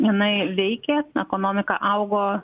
jinai veikė ekonomika augo